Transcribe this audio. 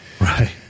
right